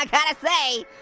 like gotta say.